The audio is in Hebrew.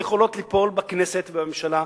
ויכולות ליפול בכנסת ובממשלה,